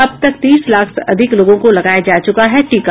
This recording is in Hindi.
अब तक तीस लाख से अधिक लोगों को लगाया जा चुका है टीका